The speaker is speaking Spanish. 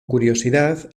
curiosidad